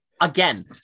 Again